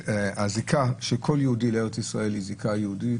הזיקה של כל יהודי לארץ-ישראלי היא זיקה יהודית.